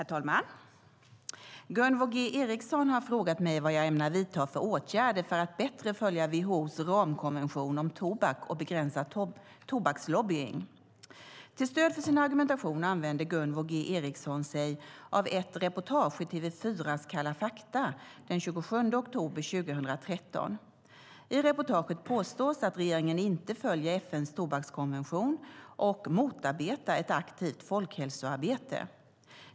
Herr talman! Gunvor G Ericson har frågat mig vad jag ämnar vidta för åtgärder för att bättre följa WHO:s ramkonvention om tobak och begränsa tobakslobbning. Till stöd för sin argumentation använder Gunvor G Ericson sig av ett reportage i TV4:s Kalla fakta den 27 oktober 2013. I reportaget påstås att regeringen inte följer FN:s tobakskonvention och motarbetar ett aktivt folkhälsoarbete.